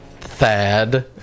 Thad